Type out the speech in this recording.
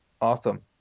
Awesome